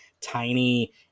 tiny